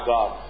God